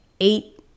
eight